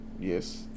Yes